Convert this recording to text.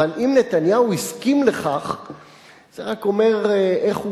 אבל אם נתניהו הסכים לכך זה רק אומר איך הוא